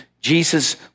Jesus